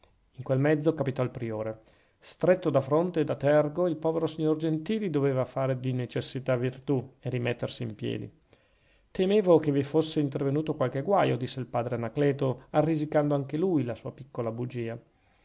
in quel mezzo capitò il priore stretto da fronte e da tergo il povero signor gentili doveva fare di necessità virtù e rimettersi in piedi temevo che vi fosse intervenuto qualche guaio disse il padre anacleto arrisicando anche lui la sua piccola bugia